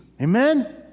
Amen